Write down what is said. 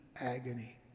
agony